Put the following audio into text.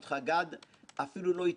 יהיה פירוט מסודר.